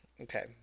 Okay